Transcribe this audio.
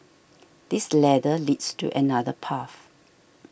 this ladder leads to another path